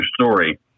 story